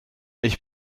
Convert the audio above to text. ich